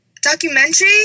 documentary